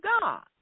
God